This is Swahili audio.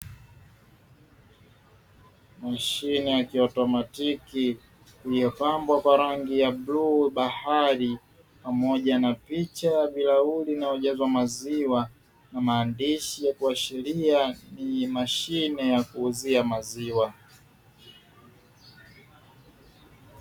Mashine ya kiautomatiki iliyopambwa kwa rangi ya bluu bahari pamoja na picha ya bilahuri, inayojazwa maziwa na maandishi yakuashiria ni mashine ya kuuzia maziwa.